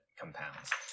compounds